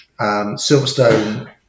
Silverstone